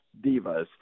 divas